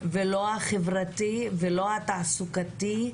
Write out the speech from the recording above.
ולא החברתי, ולא התעסוקתי,